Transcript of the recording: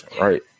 Right